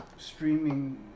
streaming